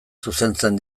zuzentzen